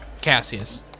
Cassius